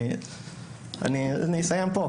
אני אסיים פה,